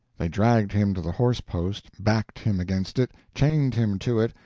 they dragged him to the horse-post, backed him against it, chained him to it,